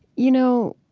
you know,